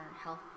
health